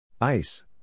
Ice